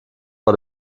vor